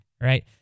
right